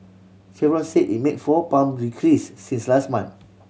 Chevron said it made four pump decrease since last month